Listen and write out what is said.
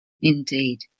Indeed